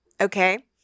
okay